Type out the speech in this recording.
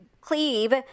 cleave